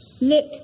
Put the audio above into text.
Look